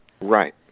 Right